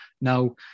Now